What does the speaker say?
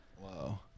Whoa